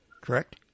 correct